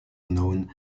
known